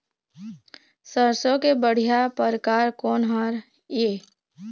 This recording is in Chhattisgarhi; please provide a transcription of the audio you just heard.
सरसों के बढ़िया परकार कोन हर ये?